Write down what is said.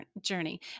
journey